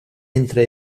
entre